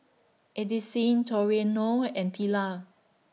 Addisyn Toriano and Tilla